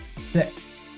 Six